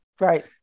Right